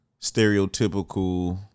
stereotypical